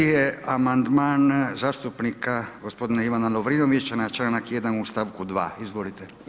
5 je amandman zastupnika gospodina Ivan Lovrinovića na članak 1. u stavku 2, izvolite.